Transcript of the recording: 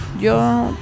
yo